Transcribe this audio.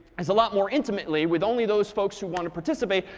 is a lot more intimately, with only those folks who want to participate,